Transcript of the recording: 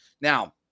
Now